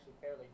fairly